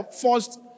forced